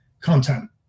content